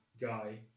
guy